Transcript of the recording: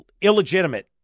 illegitimate